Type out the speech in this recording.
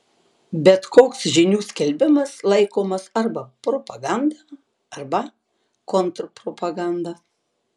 bet koks žinių skelbimas laikomas arba propaganda arba kontrpropaganda